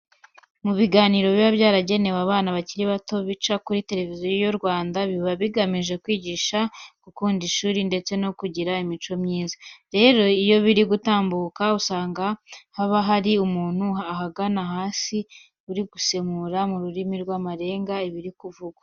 Mu biganiro biba bigenewe abana bakiri bato bica kuri Televiziyo Rwanda biba bigamije kubigisha gukunda ishuri ndetse no kugira imico myiza. Rero iyo biri gutambuka usanga haba hari umuntu ahagana hasi uri gusemura mu rurimi rw'amarenga ibiri kuvugwa.